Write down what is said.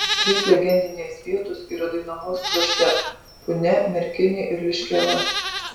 trys legendinės vietos yra dainavos krašte punia merkinė ir liškiava